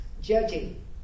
Judging